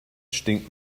stinkt